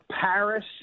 Paris